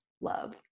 love